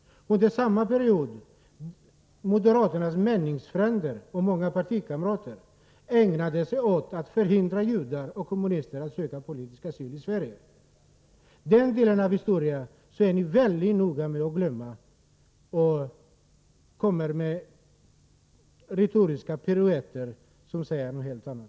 Under samma period ägnade sig moderaternas meningsfränder åt att förhindra judar och kommunister att söka politisk asyl i Sverige. Den delen av historien vill ni mycket gärna glömma. Ni så att säga gör retoriska piruetter som ger uttryck för något helt annat.